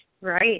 Right